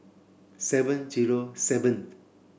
seven zero seventh